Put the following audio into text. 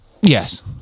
yes